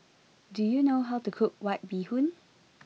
do you know how to cook White Bee Hoon